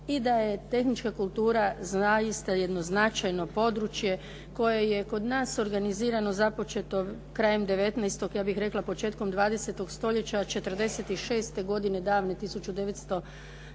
i da je tehnička kultura zaista jedno značajno područje koje je kod nas organizirano započeto krajem 19., ja bih rekla početkom 20. stoljeća '46. godine, davne 1946.